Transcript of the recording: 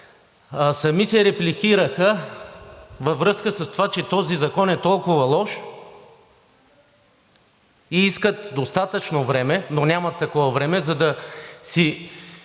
сами се репликираха във връзка с това, че този закон е толкова лош и искат достатъчно време, но нямат такова време, за да си